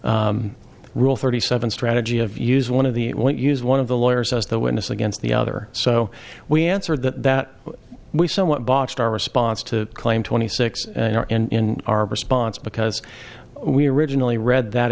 rule thirty seven strategy of use one of the what use one of the lawyers as the witness against the other so we answered that that we somewhat botched our response to claim twenty six are in our response because we originally read that